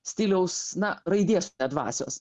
stiliaus na raidės dvasios